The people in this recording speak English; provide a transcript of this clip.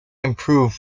improved